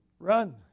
Run